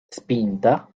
spinta